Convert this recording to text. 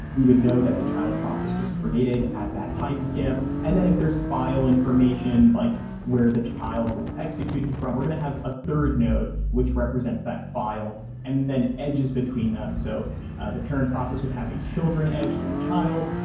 we would know that the child process was created at that time stamp, and then if there's file information like where the child was executed from, we're going to have a third node, which represents that file, and then edges between them. so the parent process would have a children edge to the child.